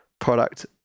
product